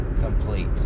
complete